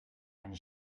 eine